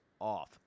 off